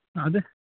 اَدٕ